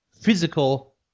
physical